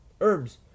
herbs